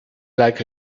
like